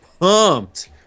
pumped